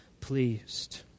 pleased